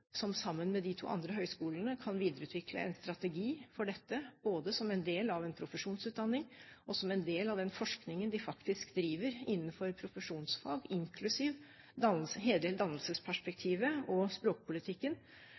som sammen med de to andre høyskolene kan videreutvikle en strategi for dette, både som en del av en profesjonsutdanning og som en del av den forskningen de faktisk driver innenfor profesjonsfag, inklusive hele dannelsesperspektivet og språkpolitikken.